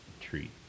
treat